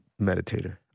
meditator